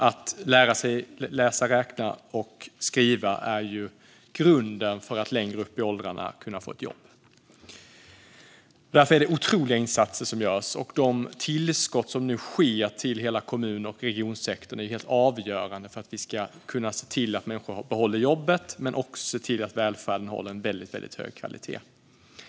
Att lära sig läsa, räkna och skriva är grunden för att längre upp i åldrarna kunna få ett jobb. Därför är det otroliga insatser som görs. De tillskott som nu sker till hela kommun och regionsektorn är helt avgörande för att vi ska kunna se till att människor behåller jobbet men också att välfärden håller en väldigt hög kvalitet.